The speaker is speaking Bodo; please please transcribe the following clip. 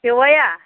बेवाइया